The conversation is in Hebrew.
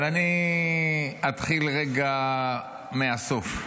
אבל אני אתחיל רגע מהסוף.